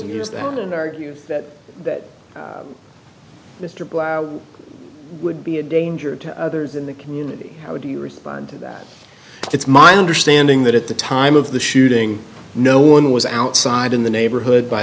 that and argue that mr black would be a danger to others in the community how do you respond to that it's my understanding that at the time of the shooting no one was outside in the neighborhood by